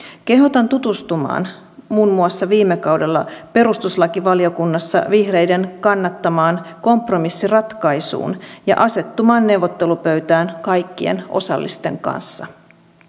kehotan tutustumaan muun muassa viime kaudella perustuslakivaliokunnassa vihreiden kannattamaan kompromissiratkaisuun ja asettumaan neuvottelupöytään kaikkien osallisten kanssa